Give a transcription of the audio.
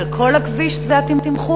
על כל הכביש זה התמחור?